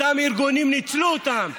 אותם ארגונים ניצלו אותם,